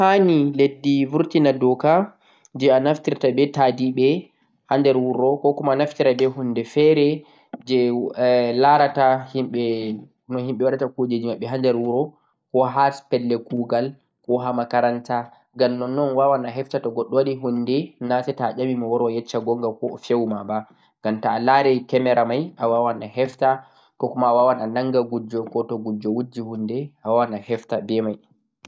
Hanii leddi vurtina doka je anaftirta be tadiɓe ha nder wuro koh a naftira ɓe hunde fere je la'arata no hemɓe watta kujeji maɓɓe ha nder wuro koh ha pelle kugal koh pelle jangirde, ngam nonnon a heftan to goɗɗo waɗe hunde naseto ɗyamimo owara o yecce koh o fewuma ba, ngam ta'a laare camira mai a heftan ko ɗumi. anangan gujjo ma be mai